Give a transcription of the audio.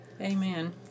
Amen